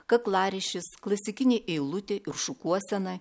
kaklaryšis klasikinė eilutė ir šukuosena